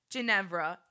Ginevra